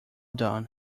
done